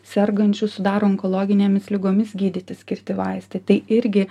sergančių sudaro onkologinėmis ligomis gydyti skirti vaistai tai irgi